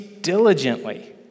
diligently